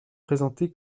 présenté